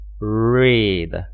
read